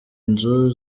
inzu